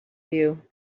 you